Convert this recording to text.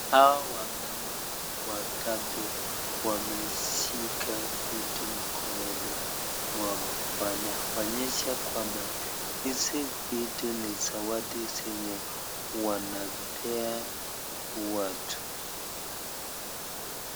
Hawa wamama watatu wameshika vitu mkononi mwao wanaonyesha kwamba hizi vitu ni zawadi zenye wanapea watu.